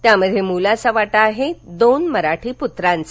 त्यामध्ये मोलाचा वाटा आहे दोन मराठी पूत्रांचा